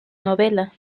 novela